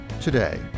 today